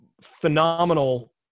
phenomenal